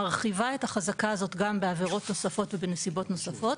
מרחיבה את החזקה הזאת גם בעבירות נוספות ובנסיבות נוספות.